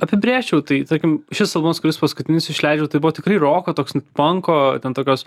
apibrėžčiau tai tarkim šis albumas kuris paskutinis išleidžiau tai buvo tikrai roko toks panko ten tokios